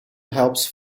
helps